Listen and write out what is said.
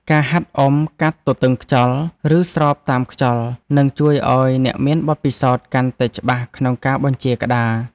ការហាត់អុំកាត់ទទឹងខ្យល់ ឬស្របតាមខ្យល់ នឹងជួយឱ្យអ្នកមានបទពិសោធន៍កាន់តែច្បាស់ក្នុងការបញ្ជាក្តារ។